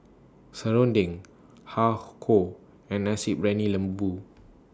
Serunding Har Kow and Nasi Briyani Lembu